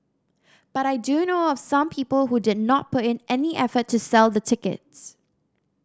but I do know of some people who did not put in any effort to sell the tickets